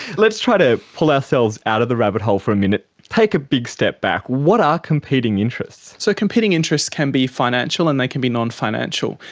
let's try to pull ourselves out of the rabbit hole for a minute, take a big step back. what are competing interests? so competing interests can be financial and they can be non-financial.